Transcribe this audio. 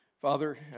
Father